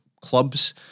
clubs